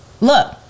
look